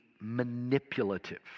manipulative